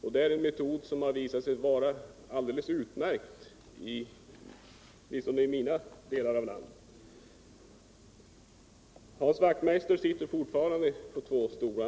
Det är en metod som har visat sig vara alldeles utmärkt åtminstone i mina delar av landet. Hans Wachtmeister sitter fortfarande på två stolar.